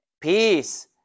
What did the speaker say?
peace